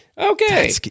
Okay